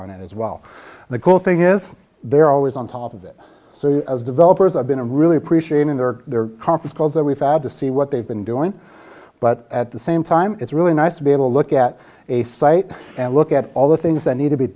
on it as well the cool thing is they're always on top of it so developers have been really appreciated in their conference calls that we've had to see what they've been doing but at the same time it's really nice to be able to look at a site and look at all the things that need to be